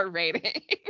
rating